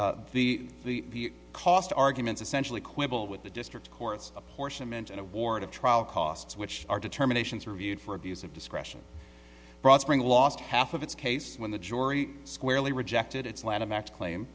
or the the cost arguments essentially quibble with the district court's apportionment and award of trial costs which are determinations reviewed for abuse of discretion brought spring lost half of its case when the jury squarely rejected its lanham act claim